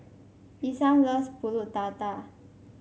Isam loves pulut Tatal